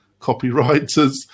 copywriters